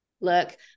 look